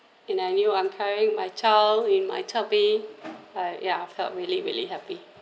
and I knew I'm carrying my child in my tummy like ya I felt really really happy